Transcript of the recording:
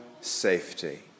safety